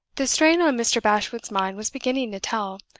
the strain on mr. bashwood's mind was beginning to tell.